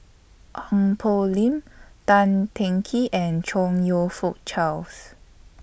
Ong Poh Lim Tan Teng Kee and Chong YOU Fook Charles